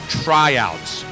tryouts